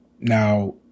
Now